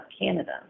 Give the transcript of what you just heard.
Canada